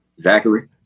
zachary